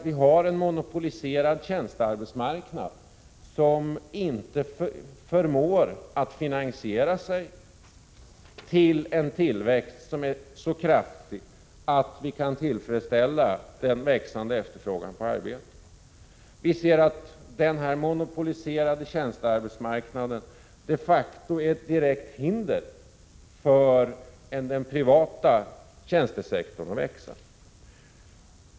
Vi har en monopoliserad tjänstearbetsmarknad, som inte förmår att finansiera sig till en tillväxt, som är så kraftig att vi kan tillfredsställa den växande efterfrågan på arbete. Vi ser att den monopoliserade tjänstearbetsmarknaden de facto direkt är ett hinder för den privata tjänstesektorns tillväxt.